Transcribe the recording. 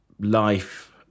life